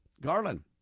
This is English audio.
Garland